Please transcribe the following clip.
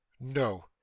No